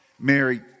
Mary